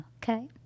Okay